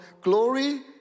glory